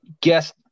guess